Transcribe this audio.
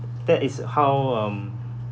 that is uh how um